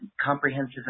comprehensive